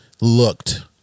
looked